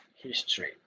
history